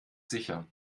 sicher